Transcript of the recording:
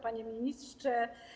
Panie Ministrze!